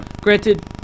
Granted